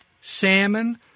salmon